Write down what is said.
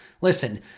Listen